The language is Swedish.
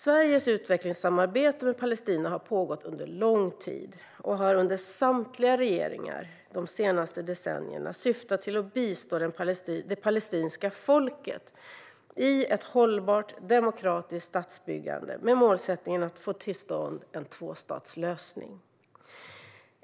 Sveriges utvecklingssamarbete med Palestina har pågått under lång tid och har under samtliga regeringar de senaste decennierna syftat till att bistå det palestinska folket i ett hållbart demokratiskt statsbyggande med målsättningen att få till stånd en tvåstatslösning.